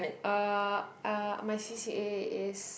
uh uh my C_C_A is